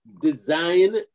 design